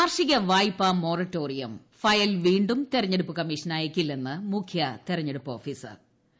കാർഷിക വായ്പാ മൊറട്ടോറിയിൽ ഫയൽ വീണ്ടും തെരഞ്ഞെടുപ്പ് കമ്മീഷന് അയക്കി്ല്ലെന്ന് മുഖ്യ തെരഞ്ഞെടുപ്പ് ഓഫീസർപ്പ ദ